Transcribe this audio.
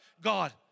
God